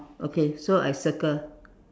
okay so I circle